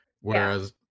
Whereas